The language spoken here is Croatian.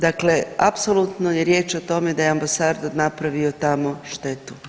Dakle, apsolutno je riječ o tome da je ambasador napravio tamo štetu.